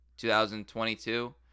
2022